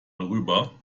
rüber